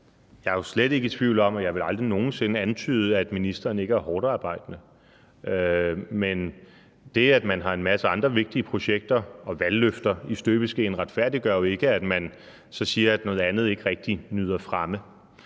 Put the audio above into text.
Jeg er jo slet ikke i tvivl om – jeg ville aldrig nogen sinde antyde andet – at ministeren er hårdtarbejdende. Men det, at man har en masse andre vigtige projekter og valgløfter i støbeskeen, retfærdiggør jo ikke, at man så siger, at der er noget andet, der ikke rigtig nyder fremme.